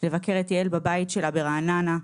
לבקר את יעל בבית שלה ברעננה.